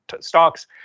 stocks